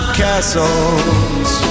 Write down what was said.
castle's